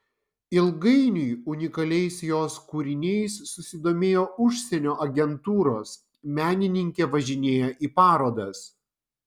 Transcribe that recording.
ilgainiui unikaliais jos kūriniais susidomėjo užsienio agentūros menininkė važinėja į parodas